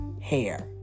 hair